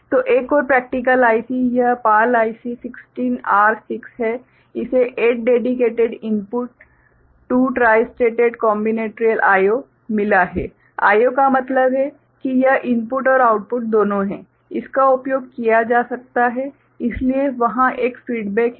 तो एक और प्रेक्टिकल IC यह PAL IC 16R6 है इसे 8 dedicated input 2 tri stated combinatorial IO मिला है IO का मतलब है कि यह इनपुट और आउटपुट दोनों है इसका उपयोग किया जा सकता है इसलिए वहाँ एक फीडबेक है